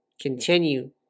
continue